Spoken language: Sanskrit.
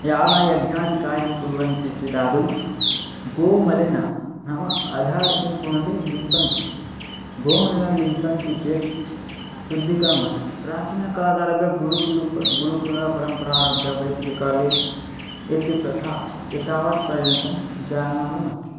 यागयज्ञादिकार्यं कुर्वन्ति चेत् आदौ गोमलिनं नाम आधारः किं कुवन्ति लिम्पन्ति गोमलिनं लिम्पन्ति चेत् शुद्धीकरणं भवति प्राचीनकालादारभ्य गुरुकुलुं गुरुकुलपरम्परा आरभ्य वैदिककाले एते प्रथा एतावत्पर्यन्तं जायमानम् अस्ति